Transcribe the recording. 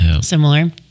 similar